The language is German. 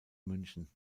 münchen